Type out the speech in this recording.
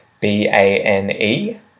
B-A-N-E